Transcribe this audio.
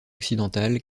occidentale